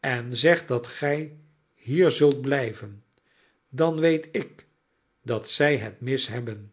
en zeg dat gij hier zult blijven dan weet ik dat zij het mis hebben